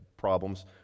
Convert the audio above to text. problems